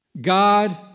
God